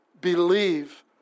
Believe